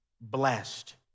blessed